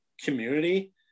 community